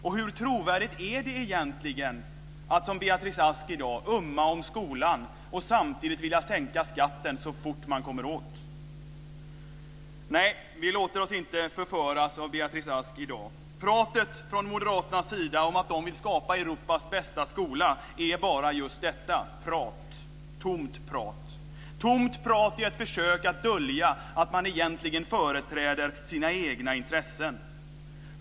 Och hur trovärdigt är det egentligen att, som Beatrice Ask i dag, ömma om skolan och samtidigt vilja sänka skatten så fort man kommer åt? Nej, vi låter oss inte förföras av Beatrice Ask i dag. Pratet från moderaternas sida om att de vill skapa "Europas bästa skola" är bara just det: Prat, tomt prat, tomt prat i ett försök att dölja att man egentligen företräder sina egna intressen.